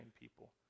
people